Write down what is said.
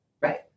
Right